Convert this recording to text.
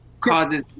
causes